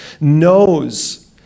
knows